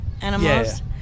animals